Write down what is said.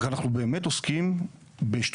אבל אנחנו באמת עוסקים בשטויות.